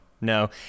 no